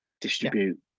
distribute